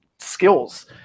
skills